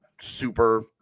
super